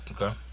Okay